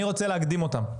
אני רוצה להקדים אותם.